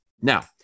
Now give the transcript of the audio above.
Now